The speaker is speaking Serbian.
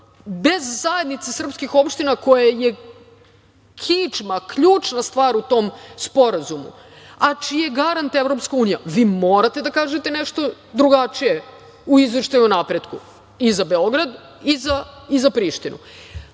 bez zajednice srpskih opština koje je kičma, ključna stvar u tom sporazumu, a čiji je garant EU, vi morate da kažete nešto drugačije u izveštaju o napretku i za Beograd i za Prištinu. Opet,